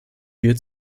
wir